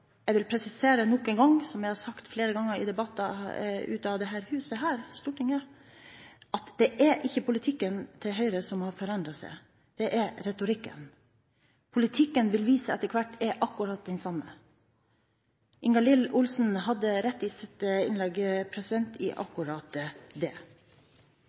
jeg vil nok en gang presisere – som jeg har sagt flere ganger i debatter her i Stortinget – at det er ikke politikken til Høyre som har forandret seg, det er retorikken. Politikken vil etter hvert vise seg å være akkurat den samme. Ingalill Olsen hadde i sitt innlegg rett i akkurat det.